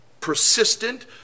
persistent